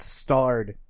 starred